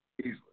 easily